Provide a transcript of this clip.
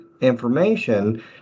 information